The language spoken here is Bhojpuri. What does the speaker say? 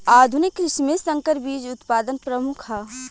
आधुनिक कृषि में संकर बीज उत्पादन प्रमुख ह